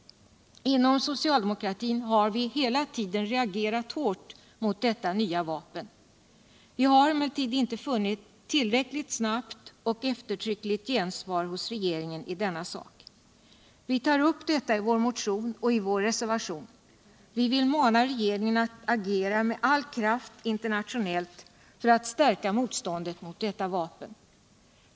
Inom socialdemokratin har vi hela tiden reagerat hårt mot detta nya vapen. Vi har emellertid inte funnit tillräckligt snabbt och eftertryckligt gensvar hos den nya regeringen i denna sak. Vi tar upp detta i vår motion och reservation och vill mana regeringen att med all kraft agera internationellt för utt stärka motståndet mot detta vapen.